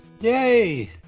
Yay